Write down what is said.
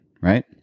right